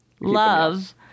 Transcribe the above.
love